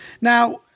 Now